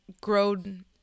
grown